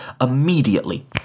immediately